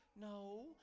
No